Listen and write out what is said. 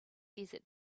desert